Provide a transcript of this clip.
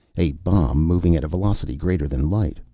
a bomb, moving at a velocity greater than light.